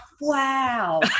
wow